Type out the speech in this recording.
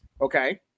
okay